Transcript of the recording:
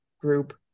group